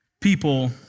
people